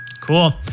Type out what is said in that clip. Cool